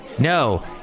no